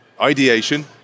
Ideation